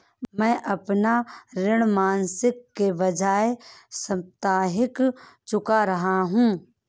मैं अपना ऋण मासिक के बजाय साप्ताहिक चुका रहा हूँ